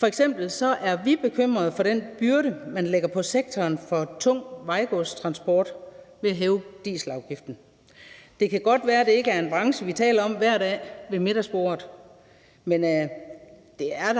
f.eks. bekymrede for den byrde, man lægger på sektoren for tung vejgodstransport ved at hæve dieselafgiften. Det kan godt være, at det ikke er en branche, vi taler om hver dag ved middagsbordet, men den er